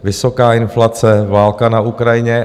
Vysoká inflace, válka na Ukrajině.